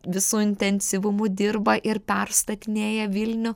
visu intensyvumu dirba ir perstatinėja vilnių